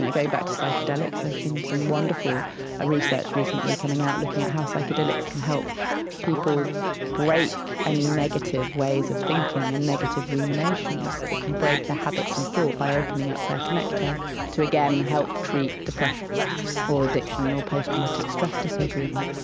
going back to psychedelics, there's been some wonderful research recently coming out looking at how psychedelics can help people break any negative ways of thinking and negative ruminations. it can break the habits and thought by opening up their connectome to, again, help treat depression or addiction or post-traumatic stress disorder even.